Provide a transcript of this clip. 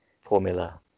formula